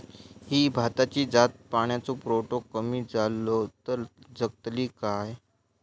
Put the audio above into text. ही भाताची जात पाण्याचो पुरवठो कमी जलो तर जगतली काय?